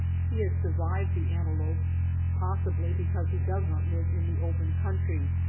he has survived the antelope possibly because he does not live in the open country.